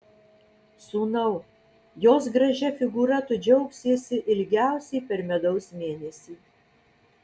sūnau jos gražia figūra tu džiaugsiesi ilgiausiai per medaus mėnesį